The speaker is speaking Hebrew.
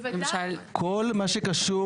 כל מה שקשור ,